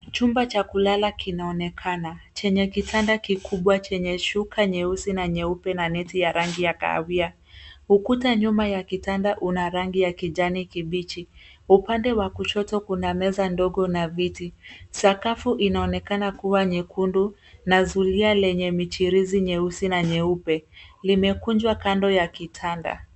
Chumba cha kulala kinaonekana, chenye kitanda kikubwa, chenye shuka nyeusi na nyeupe na neti ya rangi ya kahawia. Ukuta nyuma ya kitanda una rangi ya kijani kibichi. Upande wa kushoto kuna meza ndogo na viti . Sakafu inaonekana kuwa nyekundu na zulia lenye michirizi nyeusi na nyeupe limekunjwa kando ya kitanda.